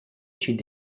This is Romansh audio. chi’d